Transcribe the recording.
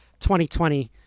2020